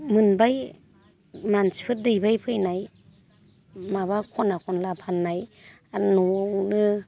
मोनबाय मानसिफोर दैबाय फैनाय माबा खना खनला फाननाय आरो न'आवनो